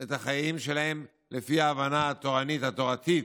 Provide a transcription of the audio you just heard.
את החיים שלהם לפי ההבנה התורנית, התורתית,